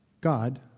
God